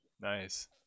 Nice